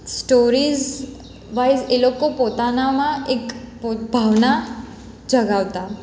stories-wise લોકો પોતાનામાં એક પોત ભાવના જગાવતા